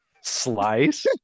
Slice